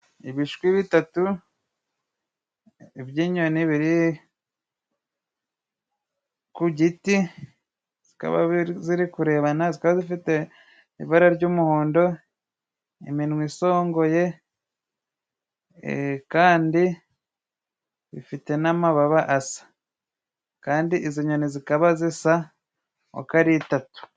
Ibishwi bitatu by'inyoni biri ku giti, zikaba zirikurebana zikaba zifite ibara ry'umuhondo iminwa isongoye, kandi bifite n'amababa asa kandi izo nyoni zikaba zisa uko ari itatu.